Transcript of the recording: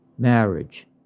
Marriage